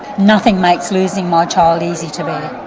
nothing makes losing my child easy to me,